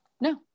No